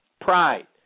Pride